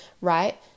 right